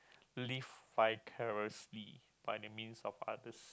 live vicariously by the means of others